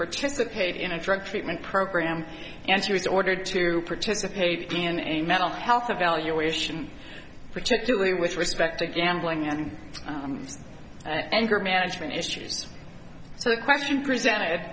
participate in a drug treatment program and she was ordered to participate in a mental health evaluation particularly with respect to gambling and anger management issues so the question presented